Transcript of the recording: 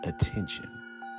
attention